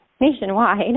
nationwide